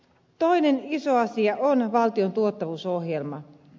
toinen iso asia on valtion tuottavuusohjelma